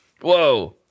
Whoa